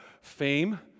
fame